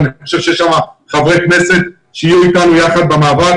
אני חושב שיש חברי כנסת שיהיו אתנו יחד במאבק